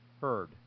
heard